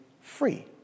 free